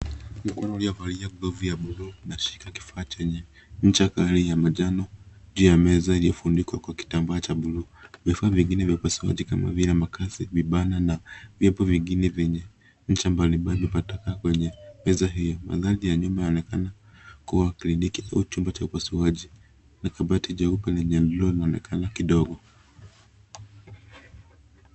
Mkono uliovalia glavu ya bluu unashika kifaa chenye ncha kali ya manjano juu ya meza iliyofunikwa kwa kitambaa cha bluu. Vifaa vingine vya upasuaji kama vile makasi, vibana na vyepo vingine ncha mbalimbali vimetapakaa kwenye meza hiyo. Mandhari ya nyuma inaonekana kuwa kliniki au chumba cha upasuaji na kabati jeupe lililoinuliwa linaonekana kidogo.